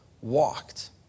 walked